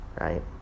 right